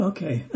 Okay